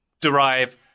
derive